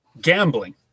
gambling